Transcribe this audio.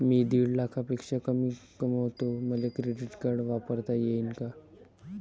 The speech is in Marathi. मी दीड लाखापेक्षा कमी कमवतो, मले क्रेडिट कार्ड वापरता येईन का?